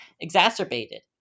exacerbated